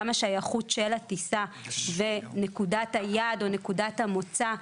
גם השייכות של הטיסה ונקודת היעד או נקודת המוצא,